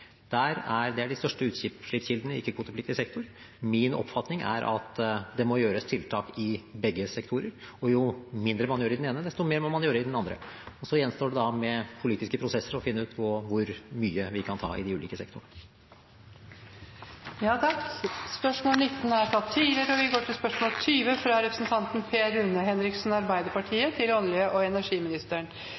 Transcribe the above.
Der er de største utslippene i ikke-kvotepliktig sektor. Min oppfatning er at det må gjøres tiltak i begge sektorer. Og jo mindre man gjør i den ene, desto mer må man gjøre i den andre. Så gjenstår det med politiske prosesser å finne ut hvor mye vi kan ta i de ulike sektorene. Spørsmål 19 er besvart tidligere. Dette spørsmålet, fra representanten Per Rune Henriksen til olje- og energiministeren,